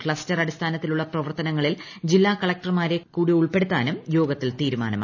cluster അടിസ്ഥാനത്തിലുള്ള പ്രവർത്തനങ്ങളിൽ ജില്ലാ കളക്ടർമാരെ കൂടി ഉൾപ്പെടുത്താനും യോഗത്തിൽ തീരുമാനമായി